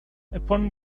upon